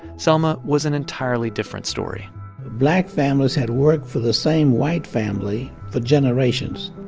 selma was an entirely different story black families had worked for the same white family for generations.